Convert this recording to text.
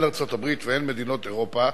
הן ארצות-הברית והן מדינות אירופה,